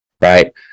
right